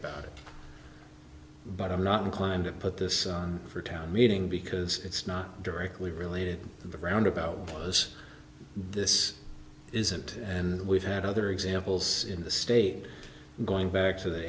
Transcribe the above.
about but i'm not inclined to put this on for town meeting because it's not directly related to the ground about was this isn't and we've had other examples in the state going back to the